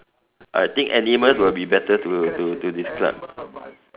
I think animals will be better to to to describe